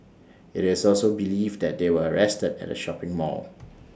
IT is also believed that they were arrested at A shopping mall